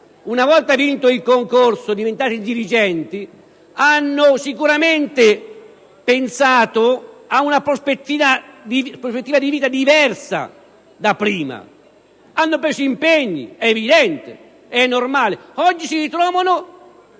una volta vinto il concorso e diventati dirigenti, hanno sicuramente pensato ad una prospettiva di vita diversa da prima; hanno preso impegni (è normale), ed oggi si ritrovano